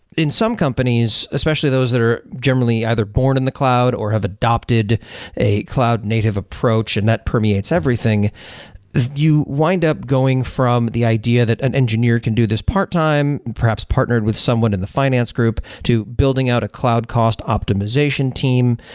in some companies, especially those that are generally either born in the cloud or have adopted a cloud native approach and that permeates everything, if you wind up going from the idea that an engineer can do this part-time, perhaps partnered with someone in the finance group to building out a cloud cost optimization team,